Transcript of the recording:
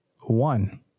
one